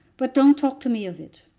but don't talk to me of it.